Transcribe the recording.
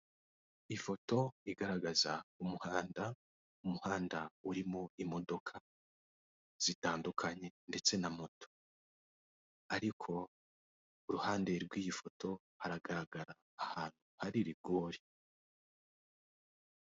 Ifoto igaragaza umuhanda; umuhanda urimo imodoka zitandukanye ndetse na moto, ariko ku ruhande rw'iyi foto haragaragara ahantu hari rigori.